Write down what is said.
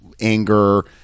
anger